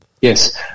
Yes